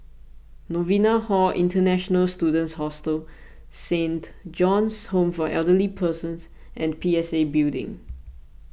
Novena Hall International Students Hostel Saint John's Home for Elderly Persons and P S A Building